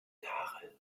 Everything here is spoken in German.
karel